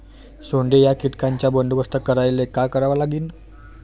सोंडे या कीटकांचा बंदोबस्त करायले का करावं लागीन?